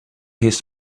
his